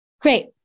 Great